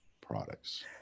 products